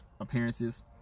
appearances